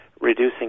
reducing